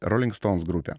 rolling stones grupė